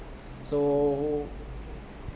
so